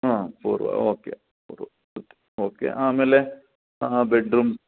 ಹ್ಞೂ ಪೂರ್ವ ಓಕೆ ಪೂರ್ವ ಓಕೆ ಓಕೆ ಆಮೇಲೆ ಬೆಡ್ರೂಮ್